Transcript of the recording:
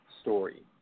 story